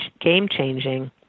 game-changing